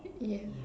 yes